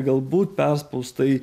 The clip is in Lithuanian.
galbūt perspaustai